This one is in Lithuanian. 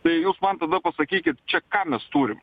tai jūs man tada pasakykit čia ką mes turim